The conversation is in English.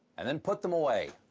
and then put them away.